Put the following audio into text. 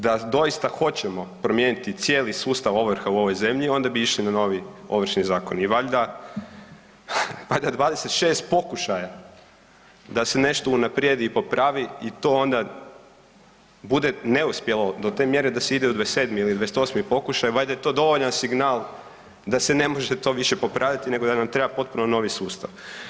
Da doista hoćemo promijeniti cijeli sustav ovrha u ovoj zemlji onda bi išli na novi Ovršni zakon i valjda, valjda 26 pokušaja da se nešto unaprijedi i popravi i to onda bude neuspjelo do te mjere da se ide u 27. ili 28. pokušaj, valjda je to dovoljan signal da se ne može to više popravljati nego da nam treba potpuno novi sustav.